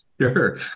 Sure